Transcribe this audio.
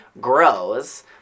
grows